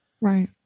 Right